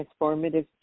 transformative